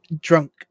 drunk